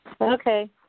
okay